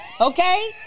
okay